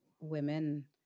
women